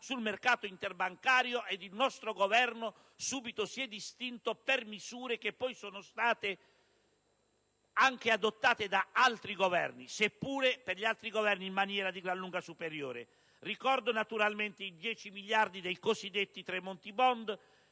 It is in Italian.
sul mercato interbancario ed il nostro Governo si è subito distinto per misure che poi sono state adottate anche da altri Governi, seppur in maniera di gran lunga superiore. Ricordo naturalmente i 10 miliardi dei cosiddetti Tremonti *bond*